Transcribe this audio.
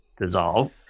dissolve